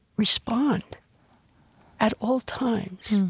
respond at all times,